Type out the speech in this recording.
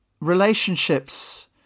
relationships